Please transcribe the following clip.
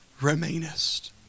remainest